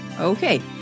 Okay